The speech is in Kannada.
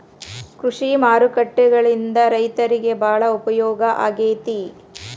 ಕೃಷಿ ಮಾರುಕಟ್ಟೆಗಳಿಂದ ರೈತರಿಗೆ ಬಾಳ ಉಪಯೋಗ ಆಗೆತಿ